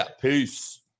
Peace